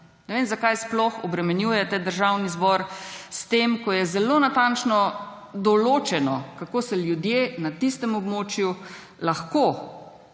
Ne vem, zakaj sploh obremenjujete Državni zbor s tem, ko je zelo natančno določeno, kako se ljudje na tistem območju lahko